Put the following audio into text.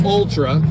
Ultra